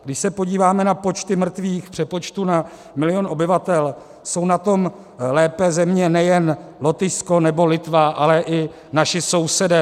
Když se podíváme na počty mrtvých v přepočtu na milion obyvatel, jsou na tom lépe země nejen Lotyšsko nebo Litva, ale i naši sousedé.